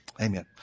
Amen